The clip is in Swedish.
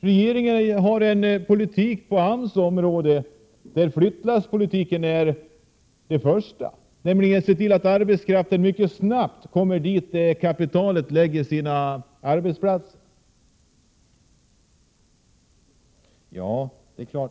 Regeringens arbetsmarknadspolitik domineras av flyttlasspolitiken. Den villse till att arbetskraften mycket snabbt infinner sig där kapitalet lägger sina 67 Prot. 1987/88:127 arbetsplatser.